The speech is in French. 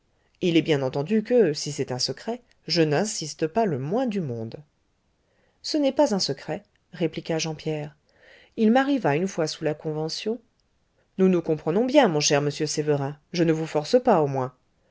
il est bien entendu que si c'est un secret je n'insiste pas le moins du monde ce n'est pas un secret répliqua jean pierre il m'arriva une fois sous la convention nous nous comprenons bien mon cher monsieur sévérin je ne vous force pas au moins